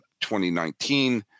2019